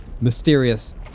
mysterious